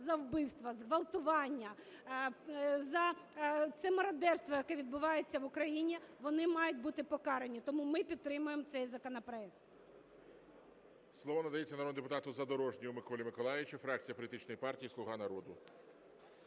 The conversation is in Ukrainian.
за вбивства, зґвалтування, за це мародерство, яке відбувається в Україні вони мають бути покарані. Тому ми підтримуємо цей законопроект.